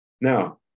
Now